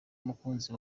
umukunzi